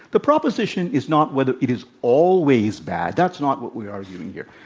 the proposition is not whether it is always bad. that's not what we're arguing here.